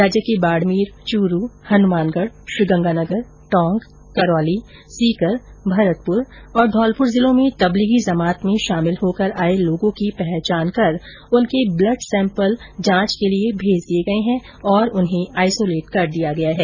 राज्य के बाडमेर चूरू हनुमानगढ़ श्रीगंगानगर टोंक करौली सीकर भरतपुर और धौलपुर जिलों में तबलीगी जमात में शामिल होकर आये लोगों की पहचान कर उनके ब्लड सैम्पल जांच के लिए भेज दिए गए है और उन्हें आईसोलेट कर दिया गया है